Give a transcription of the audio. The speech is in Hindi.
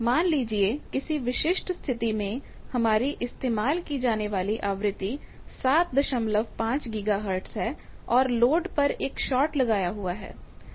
मान लीजिए किसी विशिष्ट स्थिति में हमारी इस्तेमाल की जाने वाली आवृत्ति 75 गीगाहर्ट है और लोड पर एक शार्ट लगाया हुआ है